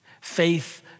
Faith